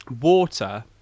water